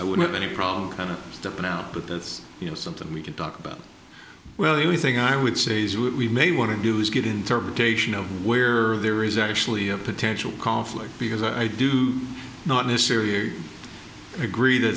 i would have any problem kind of stepping out but that's you know something we can talk about well the only thing i would say is we may want to do is get interpretation of where there is actually a potential conflict because i do not miss syria agree